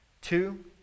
two